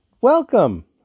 Welcome